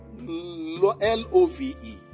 L-O-V-E